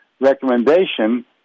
recommendation